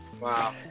wow